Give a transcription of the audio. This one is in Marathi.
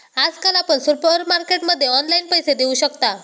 आजकाल आपण सुपरमार्केटमध्ये ऑनलाईन पैसे देऊ शकता